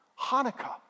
Hanukkah